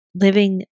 living